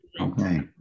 Okay